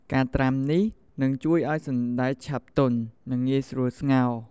ការត្រាំនេះនឹងជួយឱ្យសណ្ដែកឆាប់ទន់ និងងាយស្រួលស្ងោរ។